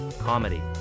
Comedy